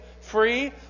free